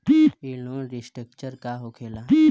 ई loan restructure का होखे ला?